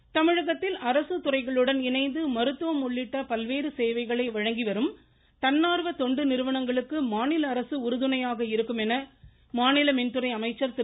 தங்கமணி தமிழகத்தில் அரசு துறைகளுடன் இணைந்து மருத்துவம் உள்ளிட்ட பல்வேறு சேவைகளை வழங்கிவரும் தன்னார்வ தொண்டு நிறுவனங்களுக்கு மாநில அரசு உறுதுணையாக இருக்கும் என மாநில மின்துறை அமைச்சர் திரு